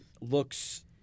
looks